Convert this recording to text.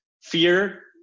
fear